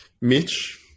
Mitch